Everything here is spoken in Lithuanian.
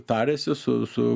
tariasi su su